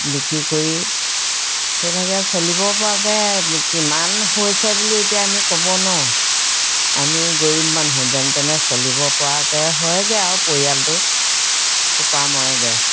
বিক্ৰী কৰি সেইভাগে চলিব পৰাকে কিমান হৈছে বুলি এতিয়া আমি ক'ব নোৱাৰো আমি গৰীব মানুহ যেন তেনে চলিব পৰাকৈ হয়গৈ আৰু পৰিয়ালটোৰ সোপা মৰেগে